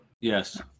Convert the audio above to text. Yes